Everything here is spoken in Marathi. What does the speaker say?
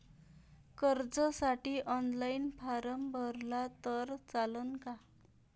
कर्जसाठी ऑनलाईन फारम भरला तर चालन का?